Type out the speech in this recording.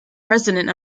president